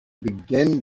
begin